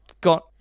got